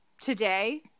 today